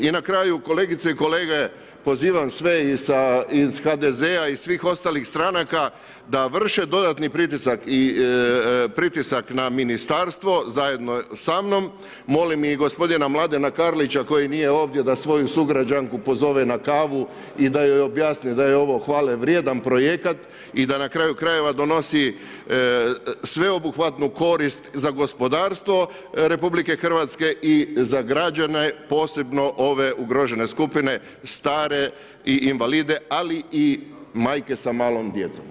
I na kraju kolegice i kolege, pozivam sve i iz HDZ-a i svih ostalih stranaka da vrše dodatni pritisak na ministarstvo zajedno sa mnom, molim i gospodina Mladena Karlića koji nije ovdje da svoju sugrađanku pozove na kavu i da joj objasni da je ovo hvalevrijedan projekat i da na kraju krajeva donosi sveobuhvatnu korist za gospodarstvo RH i za građane posebno ove ugrožene skupine, stare i invalide ali i majke sa malom djecom.